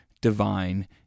divine